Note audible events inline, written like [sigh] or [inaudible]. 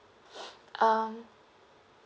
[noise] um